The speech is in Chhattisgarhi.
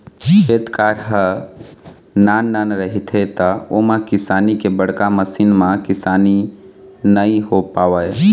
खेत खार ह नान नान रहिथे त ओमा किसानी के बड़का मसीन म किसानी नइ हो पावय